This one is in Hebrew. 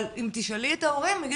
אבל אם תשאלי את ההורים הם יגידו: